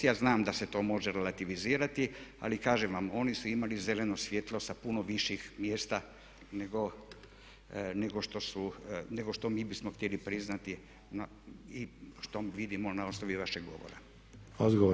Ja znam da se to može relativizirati ali kažem vam oni su imali zeleno svijetlo sa puno viših mjesta nego što mi bismo htjeli priznati i što vidimo na osnovi vašeg govora.